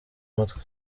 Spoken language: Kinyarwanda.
mutwe